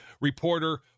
reporter